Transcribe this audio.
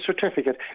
certificate